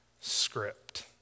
script